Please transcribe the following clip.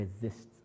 resists